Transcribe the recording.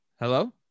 Hello